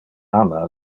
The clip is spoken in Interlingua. ama